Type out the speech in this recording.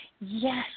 Yes